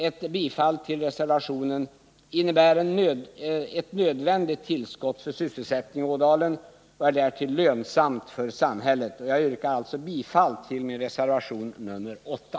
Ett bifall till reservationen innebär ett nödvändigt tillskott till sysselsättningen i Ådalen och är därtill lönsamt för samhället. Jag yrkar alltså bifall till min reservation, nr 8.